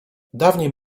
dawniej